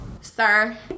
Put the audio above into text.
sir